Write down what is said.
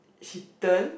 she turn